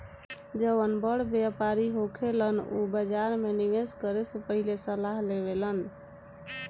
जौन बड़ व्यापारी होखेलन उ बाजार में निवेस करे से पहिले सलाह लेवेलन